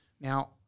now